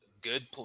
good